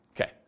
Okay